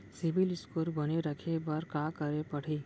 CIBIL score बने रखे बर का करे पड़ही?